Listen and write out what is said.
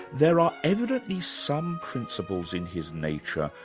there are evidently some principles in his nature,